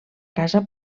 casa